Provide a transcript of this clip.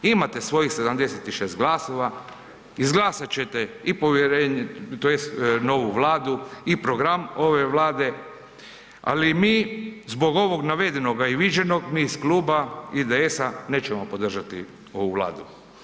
Imate svojih 76 glasova, izglasat ćete i povjerenje tj. novu vladu i program ove vlade, ali mi zbog ovog navedenoga i viđenog, mi iz Kluba IDS-a nećemo podržati ovu vladu.